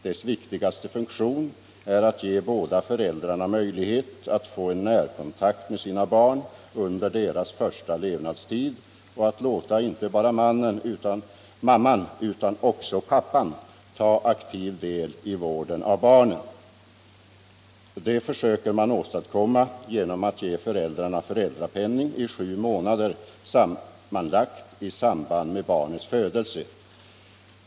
Dess viktigaste funktion är att ge båda föräldrarna möjlighet att få en närkontakt med sina barn under deras första levnadstid och att låta inte bara mamman utan också pappan ta aktiv del i vården av barnen. Detta försöker man åstadkomma genom att ge föräldrarna föräldrapenning i sammanlagt sju månader i samband med barnets födelse.